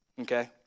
okay